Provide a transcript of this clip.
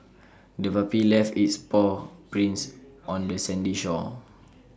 the puppy left its paw prints on the sandy shore